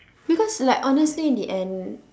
because like honestly in the end